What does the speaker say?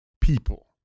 people